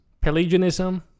Pelagianism